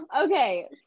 Okay